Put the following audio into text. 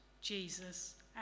Jesus